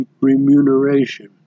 remuneration